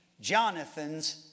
Jonathan's